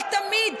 אבל תמיד,